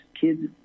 kids